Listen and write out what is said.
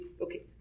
okay